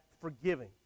forgiving